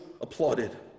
applauded